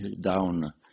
down